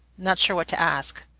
not sure what to ask